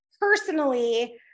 personally